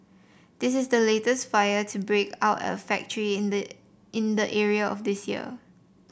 this is the latest fire to break out at a factory in the in the area this year